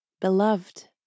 beloved